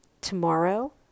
tomorrow